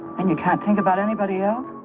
and you can't think about anybody. um